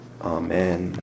Amen